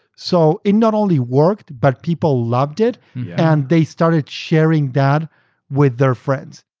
so it not only worked but people loved it and they started sharing that with their friends.